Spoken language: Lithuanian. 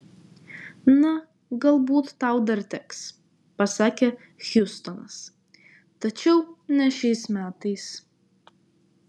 na galbūt tau dar teks pasakė hjustonas tačiau ne šiais metais